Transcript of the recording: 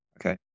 Okay